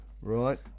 Right